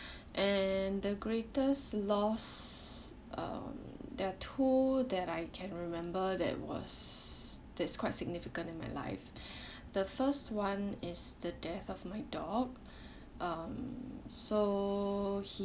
and the greatest loss um there're two that I can remember that was that's quite significant in my life the first one is the death of my dog um so he